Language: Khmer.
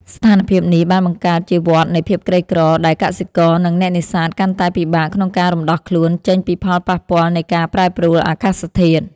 ស្ថានភាពនេះបានបង្កើតជាវដ្តនៃភាពក្រីក្រ ដែលកសិករ និងអ្នកនេសាទកាន់តែពិបាកក្នុងការរំដោះខ្លួនចេញពីផលប៉ះពាល់នៃការប្រែប្រួលអាកាសធាតុ។